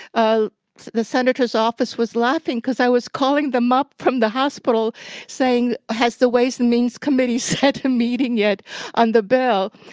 ah the senator's office was laughing, because i was calling them up from the hospital saying, has the ways and means committee set a meeting yet on the bill?